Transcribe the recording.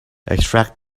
extract